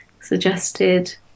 suggested